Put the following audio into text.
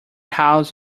house